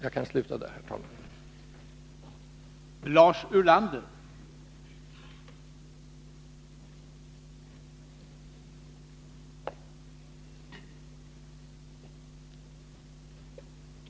Jag kanske kan nöja mig med detta, nu.